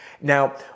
Now